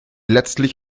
letztlich